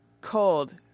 Cold